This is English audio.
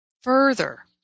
further